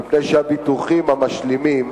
מפני שהביטוחים המשלימים